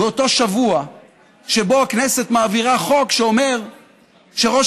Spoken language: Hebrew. באותו שבוע שבו הכנסת מעבירה חוק שאומר שראש